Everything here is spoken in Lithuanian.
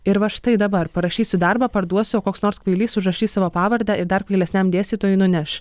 ir va štai dabar parašysiu darbą parduosiu o koks nors kvailys užrašys savo pavardę ir dar kvailesniam dėstytojui nuneš